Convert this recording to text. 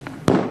מיכאלי.